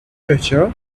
treasure